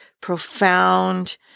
profound